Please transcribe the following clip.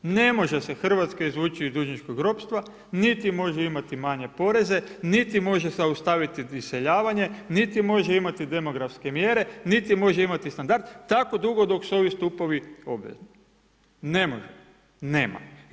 Ne može se Hrvatska izvući iz dužničkog ropstva, niti može imati manje poreze, niti može zaustaviti iseljavanje, niti može imati demografske mjere, niti može imati standard tako dugo dok su ovi stupovi obvezni, ne može, nema.